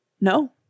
No